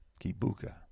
Kibuka